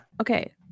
okay